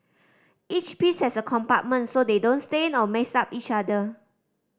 each piece has a compartment so they don't stain or mess up each other